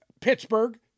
Pittsburgh